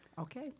okay